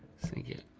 sink it.